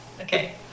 Okay